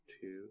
two